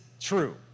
true